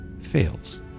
fails